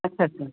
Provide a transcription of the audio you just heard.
अच्छा अच्छा